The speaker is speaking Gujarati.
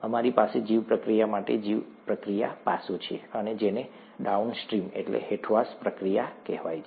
અમારી પાસે જીવપ્રક્રિયા માટે જીવપ્રક્રિયા પાસું છે અને જેને ડાઉનસ્ટ્રીમહેઠવાસ પ્રક્રિયા કહેવાય છે